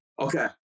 Okay